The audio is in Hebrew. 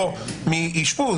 או מאשפוז.